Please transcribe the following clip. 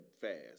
fast